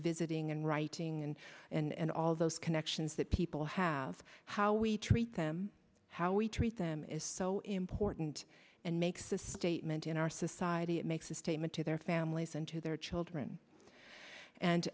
visiting and writing and and all those connections that people have how we treat them how we treat them is so important and makes a statement in our society it makes a statement to their families and to their children and